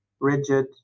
rigid